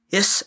Yes